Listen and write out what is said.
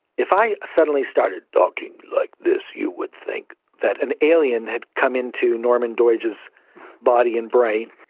if i suddenly started talking like this you would think that an alien had come into norman doidge's body and brain,